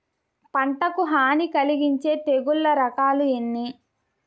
పంటకు హాని కలిగించే తెగుళ్ళ రకాలు ఎన్ని?